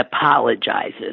apologizes